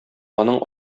аның